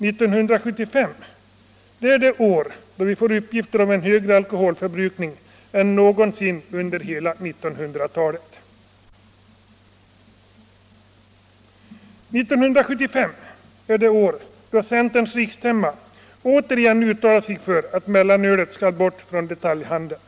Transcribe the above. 1975, det är det år då vi får uppgifter om en högre alkoholförbrukning än någonsin under hela 1900-talet. 1975 är det år då centerns riksstämma återigen uttalar sig för att mellanölet skall bort från detaljhandeln.